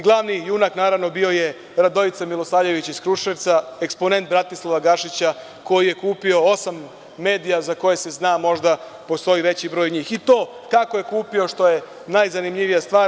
Glavni junak naravno bio je Radojica Milosavljević iz Kruševca, eksponente Bratislava Gašića koji je kupio osam medija za koje se zna, a možda postoji i veći broj njih i to kako je kupio, što najzanimljivija stvar?